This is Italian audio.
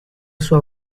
sua